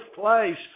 place